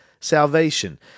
salvation